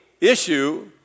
issue